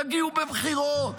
תגיעו בבחירות,